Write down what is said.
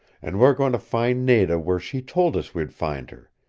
and we're going to find nada where she told us we'd find her,